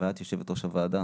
ואת, יושבת ראש הוועדה: